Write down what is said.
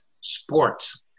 sports